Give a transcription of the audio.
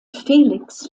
felix